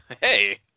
Hey